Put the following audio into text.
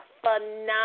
phenomenal